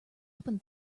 opened